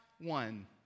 one